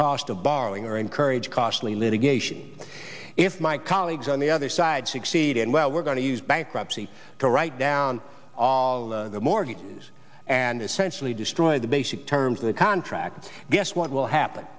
cost of borrowing or encourage costly litigation if my colleagues on the other side succeed and well we're going to use bankruptcy to write down all the mortgages and essentially destroyed the basic terms of the contract guess what will happen